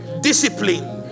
Discipline